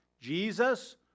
jesus